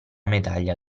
medaglia